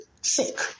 sick